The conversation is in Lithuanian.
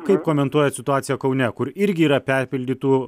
kaip komentuojat situaciją kaune kur irgi yra perpildytų